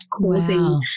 causing